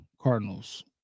Cardinals